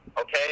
Okay